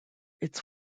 its